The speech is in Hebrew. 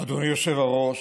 אדוני היושב-ראש,